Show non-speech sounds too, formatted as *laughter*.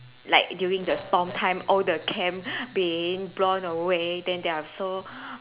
like during the storm time all the camp *breath* being blown away then they are so *breath*